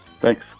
Thanks